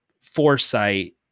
foresight